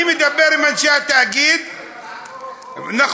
אני מדבר עם אנשי התאגיד, נכון.